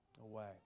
away